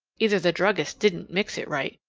either the druggist didn't mix it right,